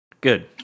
Good